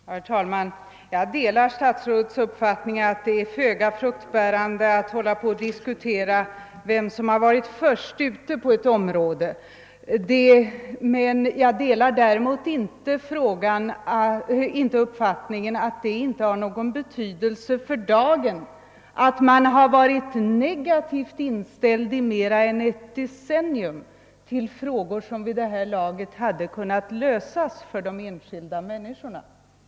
Herr talman! Jag delar statsrådets uppfattning att det är föga fruktbärande att diskutera vem som har tagit initiativ på detta område. Däremot delar jag inte uppfattningen att det inte har någon betydelse för dagen att man på socialdemokratiskt håll i mer än ett decennium har varit negativt inställd till frågor som vid detta laget borde ha kunnat lösas för de enskilda människorna.